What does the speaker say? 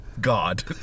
God